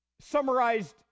summarized